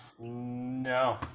No